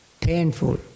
painful